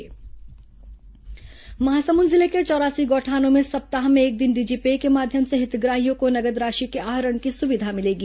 डिजी पे भुगतान महासमुंद जिले के चौरासी गौठानों में सप्ताह में एक दिन डिजी पे के माध्यम से हितग्राहियों को नकद राशि के आहरण की सुविधा मिलेगी